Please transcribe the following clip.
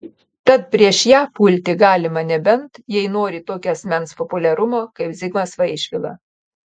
tad prieš ją pulti galima nebent jei nori tokio asmens populiarumo kaip zigmas vaišvila